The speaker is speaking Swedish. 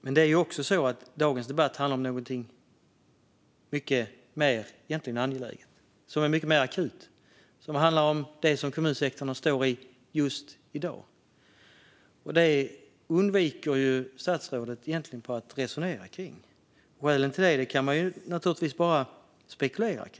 Men dagens debatt handlar också om något mycket mer angeläget och mycket mer akut. Det handlar om det som kommunsektorn står i just i dag, och det undviker statsrådet att resonera kring. Skälen till det kan man naturligtvis bara spekulera om.